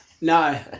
no